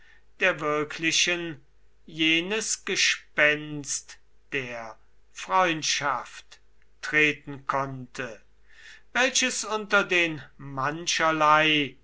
der wirklichen jenes gespenst der freundschaft treten konnte welches unter den mancherlei